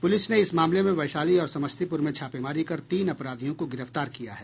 police ने इस मामले में वैशाली और समस्तीपुर में छापेमारी कर तीन अपराधियों को गिरफ्तार किया है